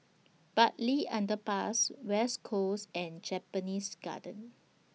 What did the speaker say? Bartley Underpass West Coast and Japanese Garden